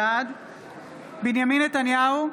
בעד בנימין נתניהו,